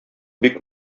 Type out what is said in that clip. бик